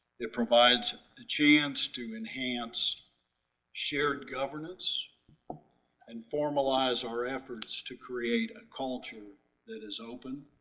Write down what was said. it provides the chance to enhance shared governance and formalize our efforts to create a culture that is open,